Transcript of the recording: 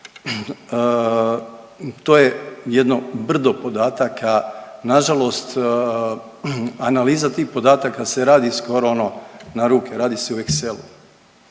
To je jedno brdo podataka, nažalost analiza tih podatka se radi skoro ono na ruke, radi se u Excelu.